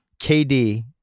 KD